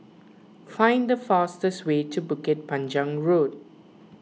find the fastest way to Bukit Panjang Road